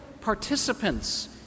participants